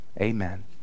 amen